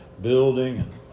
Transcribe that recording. building